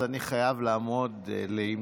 אז אני חייב לעמוד לימינו.